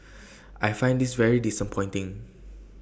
I find this very disappointing